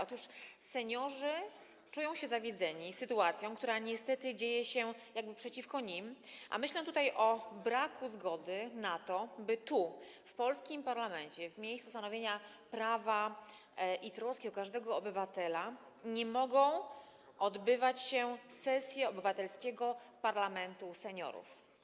Otóż seniorzy czują się zawiedzeni sytuacją, która niestety dzieje się jakby przeciwko nim, a myślę tutaj o braku zgody, o tym, że tu, w polskim parlamencie, w miejscu stanowienia prawa i troski o każdego obywatela, nie mogą odbywać się sesje Obywatelskiego Parlamentu Seniorów.